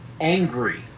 angry